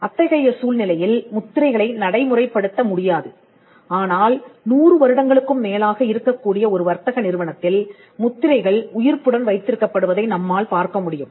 அத்தகைய சூழ்நிலையில் முத்திரைகளை நடைமுறைப் படுத்த முடியாது ஆனால் 100 வருடங்களுக்கும் மேலாக இருக்கக்கூடிய ஒரு வர்த்தக நிறுவனத்தில் முத்திரைகள் உயிர்ப்புடன் வைத்திருக்கப் படுவதை நம்மால் பார்க்க முடியும்